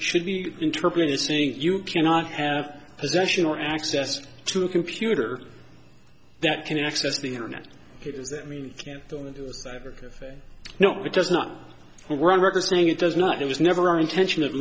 should be interpreted as saying you cannot have possession or access to a computer that can access the internet does that mean you don't know it does not we're on record saying it does not it was never our intention of